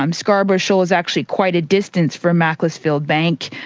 um scarborough shoal is actually quite a distance from macclesfield bank,